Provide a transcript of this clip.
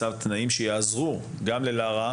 איך אפשר לייצר מצב ותנאים שיעזרו גם ללארה,